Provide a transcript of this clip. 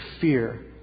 fear